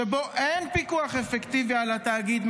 שבו אין פיקוח אפקטיבי על התאגיד,